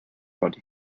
body